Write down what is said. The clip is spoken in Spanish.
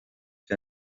que